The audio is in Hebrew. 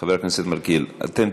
אתם